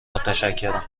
متشکرم